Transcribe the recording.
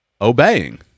obeying